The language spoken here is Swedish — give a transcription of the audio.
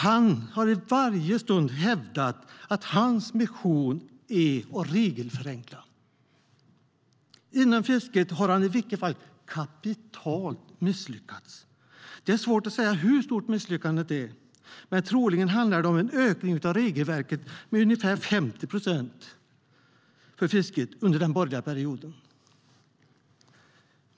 Han har i varje stund hävdat att hans mission är att regelförenkla. Inom fisket har han misslyckats kapitalt. Det är svårt att säga hur stort misslyckandet är, men troligen handlar det om en ökning av reglerna för fisket med ungefär 50 procent under den borgerliga perioden.